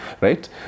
right